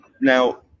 Now